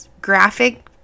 graphic